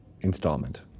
installment